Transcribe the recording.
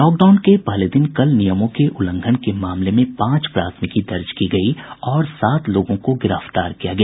lockdown के पहले दिन कल नियमों के उल्लंघन के मामले में पांच प्राथमिकी दर्ज की गयी और सात लोगों को गिरफ्तार किया गया